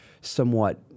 somewhat